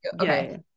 Okay